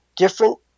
different